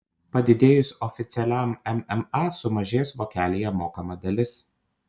padidėjus oficialiam mma sumažės vokelyje mokama dalis